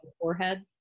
forehead